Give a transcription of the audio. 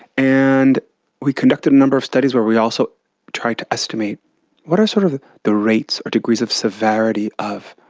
and we conducted a number of studies where we also tried to estimate what are sort of the rates or degrees of severity of,